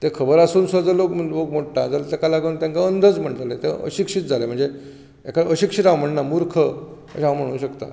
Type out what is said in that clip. तें खबर आसून सुद्दां जर लोक मोडटा जाल्यार ताका लागून तांका अंधच म्हणटले ते अशिक्षीत जाले म्हणजे हाका अशिक्षीत हांव म्हणना मूर्ख हांव म्हणूंक शकतां